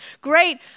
great